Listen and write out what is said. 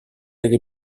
delle